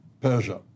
Persia